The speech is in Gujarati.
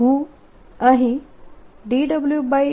dWdt B220dV 120E2dV dS